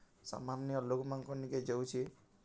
ସାମାନ୍ୟ ଲୋକ୍ମାନ୍କଁର୍ ନିକେ ଯାଉଛେ